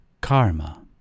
Karma